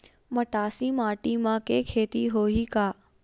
मटासी माटी म के खेती होही का?